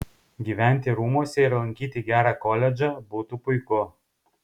gyventi rūmuose ir lankyti gerą koledžą būtų puiku